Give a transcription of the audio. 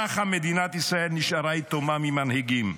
ככה מדינת ישראל נשארה יתומה ממנהיגים.